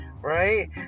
right